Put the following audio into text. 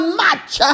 match